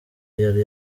yari